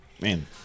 Man